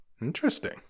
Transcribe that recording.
interesting